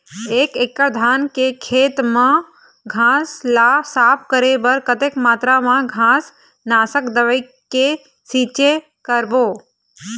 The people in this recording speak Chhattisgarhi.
एक एकड़ धान के खेत मा घास ला साफ करे बर कतक मात्रा मा घास नासक दवई के छींचे करबो?